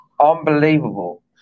Unbelievable